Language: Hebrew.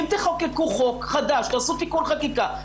אם תחוקק חוק חדש, תעשו תיקון חקיקה.